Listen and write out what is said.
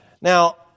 Now